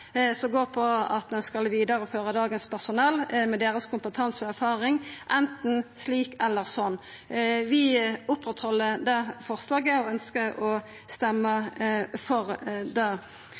Det går ut på at ein skal vidareføra dagens personell med deira kompetanse og erfaring – enten slik eller sånn. Vi opprettheld dette forslaget og ønskjer å stemma for det.